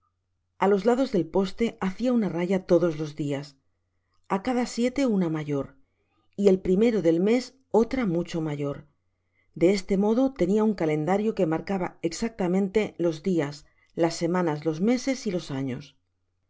a los lados del poste hacia una raya todos los dias á cada siete una mayor y el primero del mes otra mucho mayor de este modo tenia un calendario que marcaba exactamente los dias las semanas los meses y los años